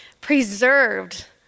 preserved